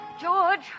George